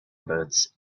boots